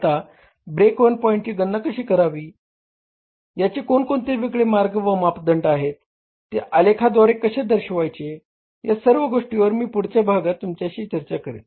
आता break even पॉईंटची गणना कशी करावी याचे कोणते वेगवेगळे मार्ग व मापदंड आहेत ते आलेखाद्वारे कशे दर्शवायचे या सर्व गोष्टीवर मी पुढच्या भागात तुमच्याशी चर्चा करेन